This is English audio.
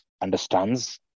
understands